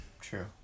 True